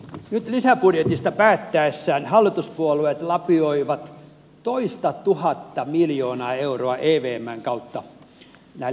nyt lisäbudjetista päättäessään hallituspuolueet lapioivat toistatuhatta miljoonaa euroa evmn kautta näille velkamaille ja pankeille